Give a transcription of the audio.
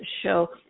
show